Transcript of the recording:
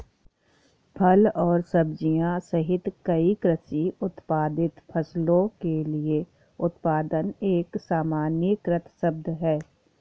फल और सब्जियां सहित कई कृषि उत्पादित फसलों के लिए उत्पादन एक सामान्यीकृत शब्द है